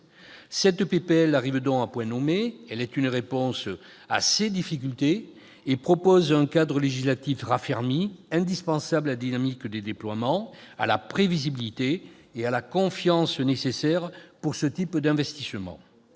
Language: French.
de loi arrive donc à point nommé ; elle est une réponse à ces difficultés et propose un cadre législatif raffermi indispensable à la dynamique des déploiements, à la prévisibilité et à la confiance nécessaire pour ce type d'investissement.